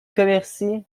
commercy